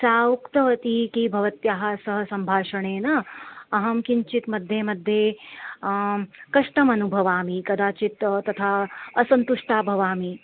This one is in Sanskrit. सा उक्तवती किं भवत्याः सह सम्भाषणेन अहं किञ्चित् मध्ये मध्ये कष्टमनुभवामि कदाचित् तथा असन्तुष्टा भवामि